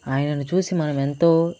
ఆయనను చూసి మనం ఎంతో